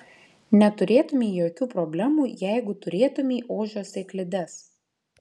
neturėtumei jokių problemų jeigu turėtumei ožio sėklides